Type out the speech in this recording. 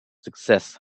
success